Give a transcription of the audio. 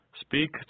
Speak